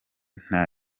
nta